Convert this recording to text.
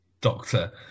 doctor